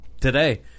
today